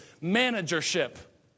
Managership